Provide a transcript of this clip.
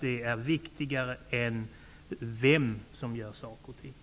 Det är viktigare än frågan om vem som gör saker och ting.